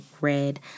red